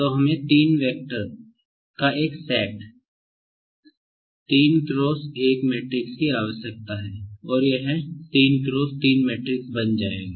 तो हमें तीन वैक्टरों के एक सेट 3×1 मैट्रिक्स की आवश्यकता है और यह 3 × 3 मैट्रिक्स बन जाएगा